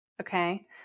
Okay